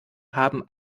haben